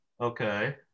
Okay